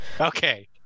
Okay